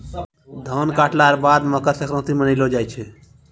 धान काटला रो बाद मकरसंक्रान्ती मानैलो जाय छै